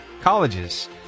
colleges